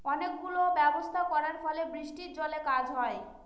অনেক গুলো ব্যবস্থা করার ফলে বৃষ্টির জলে কাজ হয়